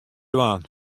dwaan